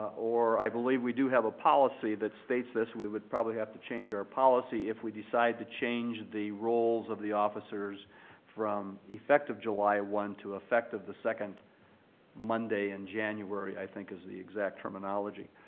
or i believe we do have a policy that states this we would probably have to change our policy if we decide to change the roles of the officers from effective july one to effective the second monday in january i think is the exact terminology.